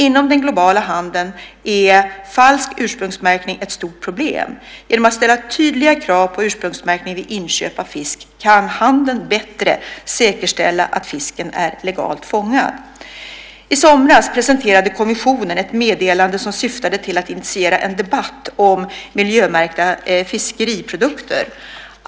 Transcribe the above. Inom den globala handeln är falsk ursprungsmärkning ett stort problem. Genom att ställa tydliga krav på ursprungsmärkning vid inköp av fisk kan handeln bättre säkerställa att fisken är legalt fångad. I somras presenterade kommissionen ett meddelande som syftade till att initiera en debatt om att miljömärka fiskeriprodukter.